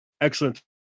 excellent